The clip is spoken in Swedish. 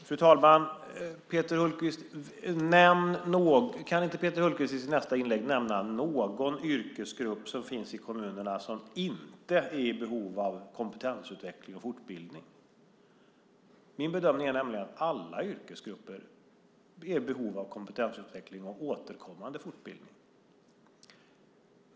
Fru talman! Kan inte Peter Hultqvist i sitt nästa inlägg nämna någon yrkesgrupp som finns i kommunerna som inte är i behov av kompetensutveckling och fortbildning? Min bedömning är nämligen att alla yrkesgrupper är i behov av kompetensutveckling och återkommande fortbildning.